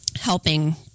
helping